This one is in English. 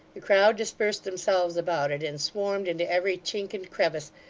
the crowd dispersed themselves about it, and swarmed into every chink and crevice,